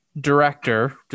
director